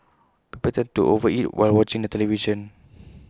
people tend to over eat while watching the television